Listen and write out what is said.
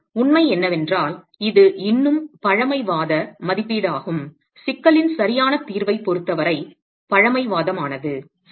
ஆனால் உண்மை என்னவென்றால் இது இன்னும் பழமைவாத மதிப்பீடாகும் சிக்கலின் சரியான தீர்வைப் பொறுத்தவரை பழமைவாதமானது